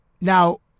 now